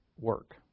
work